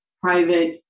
private